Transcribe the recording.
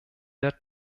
der